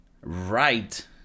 Right